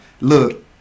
Look